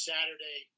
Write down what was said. Saturday